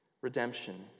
Redemption